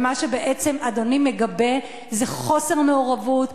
ומה שבעצם אדוני מגבה זה חוסר מעורבות,